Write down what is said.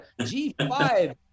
G5